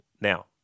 Now